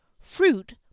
fruit